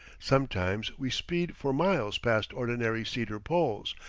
sometimes we speed for miles past ordinary cedar poles,